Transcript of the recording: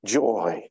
joy